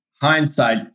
hindsight